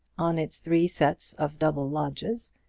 on its three sets of double lodges,